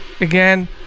again